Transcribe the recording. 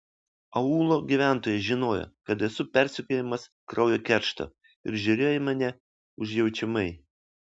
aūlo gyventojai žinojo kad esu persekiojamas kraujo keršto ir žiūrėjo į mane užjaučiamai